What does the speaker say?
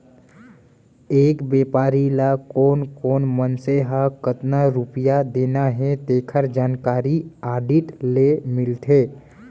एक बेपारी ल कोन कोन मनसे ल कतना रूपिया देना हे तेखर जानकारी आडिट ले मिलथे